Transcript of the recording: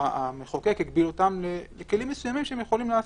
המחוקק הגדיר אותם ככלים מסוימים שהם יכולים לעשות.